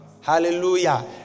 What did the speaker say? Hallelujah